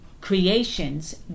creation's